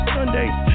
Sundays